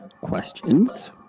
questions